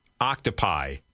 Octopi